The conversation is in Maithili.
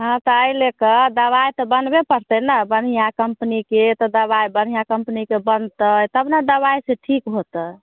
हँ तऽ एहि लए कऽ दबाइ तऽ बनबे पड़तै ने बढ़िआँ कम्पनीके तऽ दबाइ बढ़िआँ कम्पनीके बनतै तब ने दबाइ से ठीक होतइ